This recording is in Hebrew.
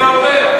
היה עובר.